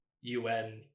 UN